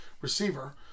receiver